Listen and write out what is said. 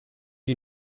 you